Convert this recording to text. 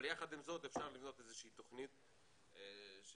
אבל יחד עם זאת אפשר לבנות איזה שהיא תכנית ש